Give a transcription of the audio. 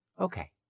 Okay